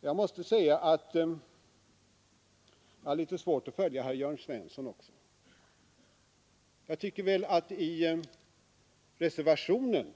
Jag måste säga att jag också har svårt att följa herr Jörn Svensson. I den reservation